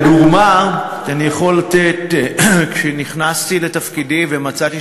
דוגמה שאני יכול לתת: כשנכנסתי לתפקידי ומצאתי